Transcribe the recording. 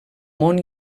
món